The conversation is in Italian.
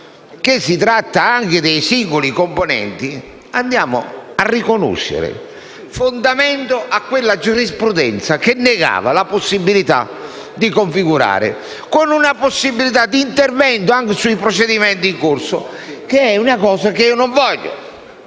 che fa riferimento anche ai singoli componenti, andiamo a riconoscere fondamento a quella giurisprudenza che negava la possibilità di configurare, con una possibilità di intervento anche sui procedimenti in corso. E questa è una cosa che io non voglio.